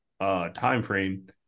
timeframe